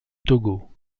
togo